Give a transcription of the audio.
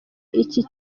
iki